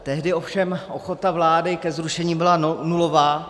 Tehdy ovšem ochota vlády ke zrušení byla nulová.